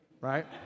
right